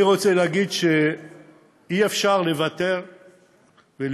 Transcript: אני רוצה להגיד שאי-אפשר לוותר ולמחוק